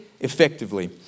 effectively